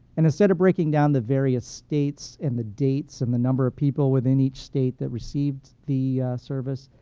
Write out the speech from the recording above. and instead of breaking down the various states, and the dates, and the number of people within each state that received the service,